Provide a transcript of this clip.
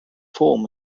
form